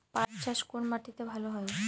পাট চাষ কোন মাটিতে ভালো হয়?